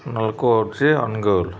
ନାଲ୍କୋ ହଉଛି ଅନୁଗୋଳ